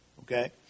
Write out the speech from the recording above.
okay